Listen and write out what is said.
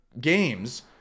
games